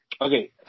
Okay